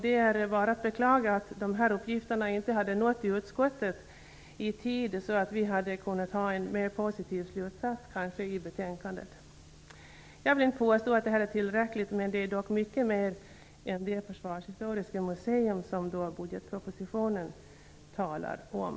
Det är bara att beklaga att dessa uppgifter inte nådde utskottet i tid så att vi hade kunnat dra en mera positiv slutsats i betänkandet. Jag vill inte påstå att det här är tillräckligt, men det är mycket mera än det försvarshistoriska museum som budgetpropositionen talar om.